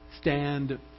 Stand